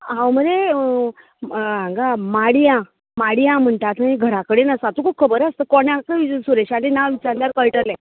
हांव मरे हांगा माडयां माडयां म्हणटा थंय घरा कडेन आसा तुका खबर आसत कोणाकूय सुरेशाचें नांव विचारल्यार कळटलें